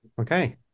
Okay